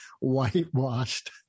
whitewashed